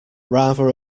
rather